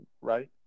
right